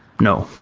no.